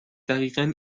دقیقن